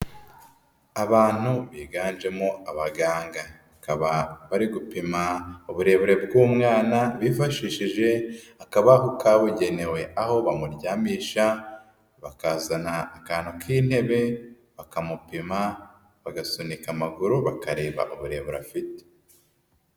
Abantu biganjemo abaganga bakaba bari gupima uburebure bw'umwana bifashishije akabaho kabugenewe, aho bamuryamisha bakazana akantu k'intebe bakamupima bagasunika amaguru bakareba uburebure afite.